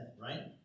right